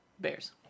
Bears